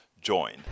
join